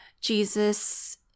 Jesus